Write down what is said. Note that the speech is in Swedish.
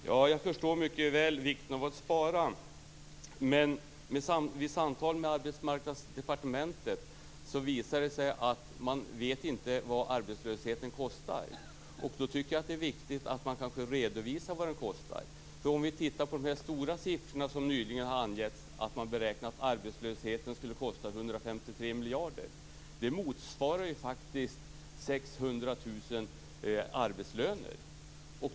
Herr talman! Jag förstår mycket väl vikten av att spara. Men vid samtal med Arbetsmarknadsdepartementet visar det sig att man inte vet vad arbetslösheten kostar. Jag tycker att det är viktigt att man redovisar vad den kostar. De höga siffror som nyligen angetts, att man beräknar att arbetslösheten skulle kosta 153 miljarder, motsvarar faktiskt 600 000 arbetslöner.